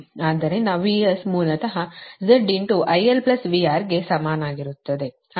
ಆದ್ದರಿಂದ VS ಮೂಲತಃ Z IL VR ಗೆ ಸಮಾನವಾಗಿರುತ್ತದೆ